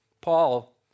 Paul